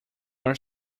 are